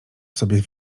sobie